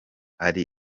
ari